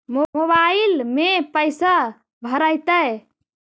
Mobile में पैसा भरैतैय?